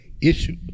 issue